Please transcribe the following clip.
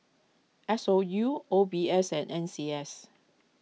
S O U O B S and N C S